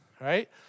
Right